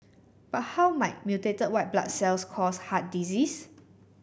but how might mutated white blood cells cause heart disease